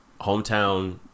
hometown